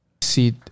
See